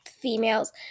females